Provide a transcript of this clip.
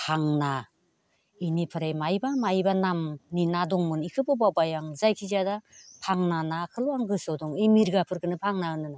भांना बेनिफ्राय माबा माबा नानि ना दंमोन बेखौबो बावबाय आं जायखिजाया दा भांना नाखौल' आं गोसोआव दं ओइ मिरगाफोरखौनो भांना होनो नामा